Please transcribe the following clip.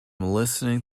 listening